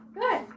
good